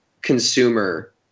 consumer